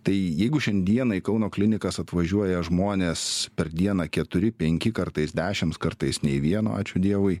tai jeigu šiandieną į kauno klinikas atvažiuoja žmonės per dieną keturi penki kartais dešims kartais nei vieno ačiū dievui